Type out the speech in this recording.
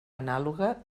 anàloga